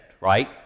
right